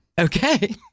Okay